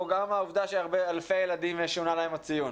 או גם העובדה שאלפי ילדים שונה להם הציון?